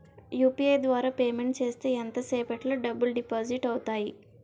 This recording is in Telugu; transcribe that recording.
యు.పి.ఐ ద్వారా పేమెంట్ చేస్తే ఎంత సేపటిలో డబ్బులు డిపాజిట్ అవుతాయి?